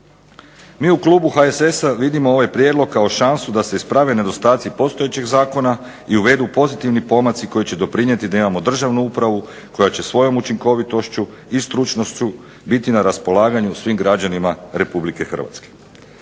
Mi u klubu HSS-a vidimo ovaj prijedlog kao šansu da se isprave nedostaci postojećeg zakona i uvedu pozitivni pomaci koji će doprinijeti da imamo državnu upravu koja će svojom učinkovitošću i stručnošću biti na raspolaganju svim građanima Republike Hrvatske.